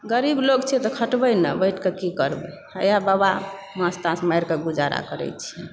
गरीब लोक छी तऽ खटबै नऽ बैठके की करबै हैया बाबा माछ ताछ मारिके गुजारा करै छियै